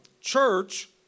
church